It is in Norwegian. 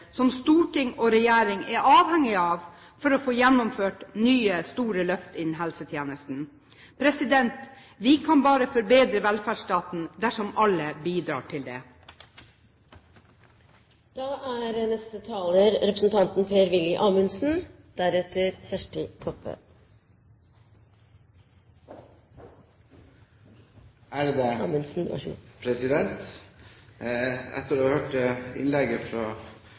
som storting og regjering er avhengig av for å få gjennomført nye, store løft innen helsetjenesten. Vi kan bare forbedre velferdsstaten dersom alle bidrar til